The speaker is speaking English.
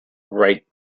right